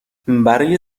برای